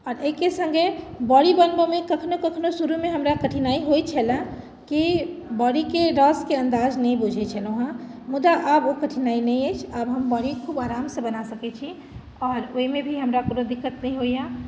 आओर एहिके सङ्गे बड़ी बनबयमे कखनो कखनो शुरूमे हमरा कठिनाइ होइत छलए कि बड़ीके रसके अन्दाज नहि बुझैत छलहुँहेँ मुदा आब ओ कठिनाइ नहि अछि आब हम बड़ी खूब आरामसँ बना सकैत छी आओर ओहिमे भी हमरा कोनो दिक्कत नहि होइए